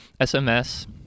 SMS